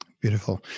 Beautiful